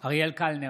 אריאל קלנר,